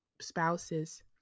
spouses